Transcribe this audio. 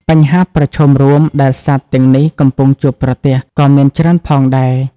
បញ្ហាប្រឈមរួមដែលសត្វទាំងនេះកំពុងជួបប្រទះ ក៏មានច្រើនផងដែរ។